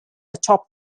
atop